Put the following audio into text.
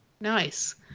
Nice